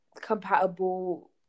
compatible